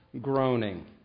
groaning